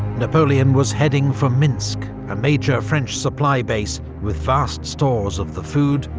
napoleon was heading for minsk, a major french supply base with vast stores of the food,